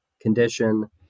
condition